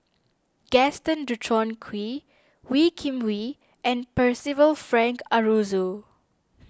Gaston Dutronquoy Wee Kim Wee and Percival Frank Aroozoo